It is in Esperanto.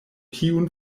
tiun